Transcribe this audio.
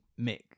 mick